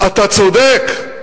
אתה צודק,